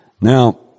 Now